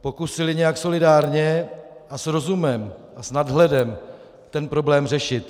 pokusili nějak solidárně a s rozumem a s nadhledem ten problém řešit.